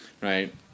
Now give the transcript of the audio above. right